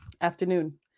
afternoon